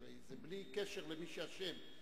הרי זה בלי קשר למי שאשם.